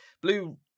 Blue